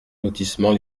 lotissement